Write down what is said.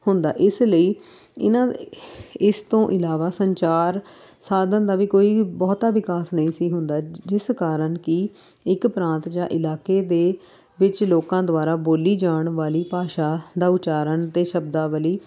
ਹੁੰਦਾ ਇਸ ਲਈ ਇਹਨਾਂ ਇਸ ਤੋਂ ਇਲਾਵਾ ਸੰਚਾਰ ਸਾਧਨ ਦਾ ਵੀ ਕੋਈ ਬਹੁਤਾ ਵਿਕਾਸ ਨਹੀਂ ਸੀ ਹੁੰਦਾ ਜਿ ਜਿਸ ਕਾਰਨ ਕਿ ਇੱਕ ਪ੍ਰਾਂਤ ਜਾਂ ਇਲਾਕੇ ਦੇ ਵਿੱਚ ਲੋਕਾਂ ਦੁਆਰਾ ਬੋਲੀ ਜਾਣ ਵਾਲੀ ਭਾਸ਼ਾ ਦਾ ਉਚਾਰਨ ਅਤੇ ਸ਼ਬਦਾਵਲੀ